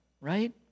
Right